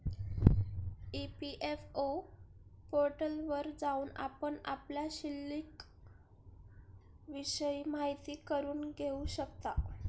EPFO पोर्टलवर जाऊन आपण आपल्या शिल्लिकविषयी माहिती करून घेऊ शकता